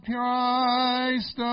Christ